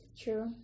True